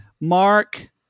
Mark